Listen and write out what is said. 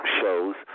shows